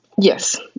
Yes